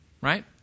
Right